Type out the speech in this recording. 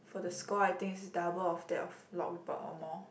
for the score I think it's double of that of Log Board or more